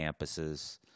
campuses